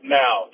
now